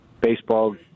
baseball –